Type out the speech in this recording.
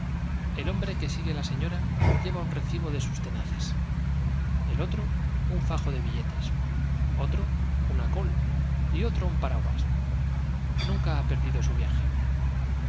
el hombre que sigue un recibo en sus tenazas el otro un fajo de billetes col ninguno ha perdido otro una y otro un paraguas su viaje